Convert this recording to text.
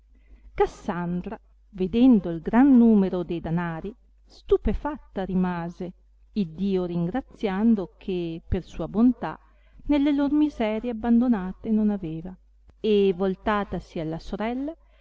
poavola cassandra vedendo il gran numero de danari stupefatta rimase iddio ringraziando che per sua bontà nelle lor miserie abbandonate non aveva e voltatasi alla sorella